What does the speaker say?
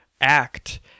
act